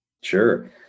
Sure